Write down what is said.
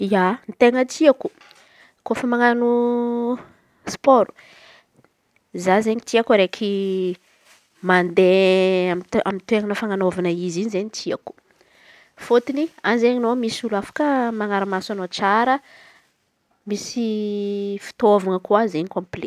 Ia, ten̈a tiako kôfa manan̈o spaôro za izen̈y tiako araiky mande amy amy toerana fanahivana izy. Izay ny tiako fôtony an̈y zey ianô misy olo afaka manara maso anô tsara misy fitôvana koa izen̈y komple.